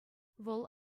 вӑл